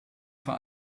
vor